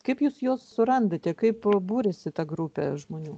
kaip jūs juos surandate kaip būriasi ta grupė žmonių